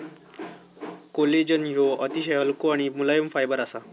collagen ह्यो अतिशय हलको आणि मुलायम फायबर असा